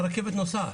הרכבת נוסעת,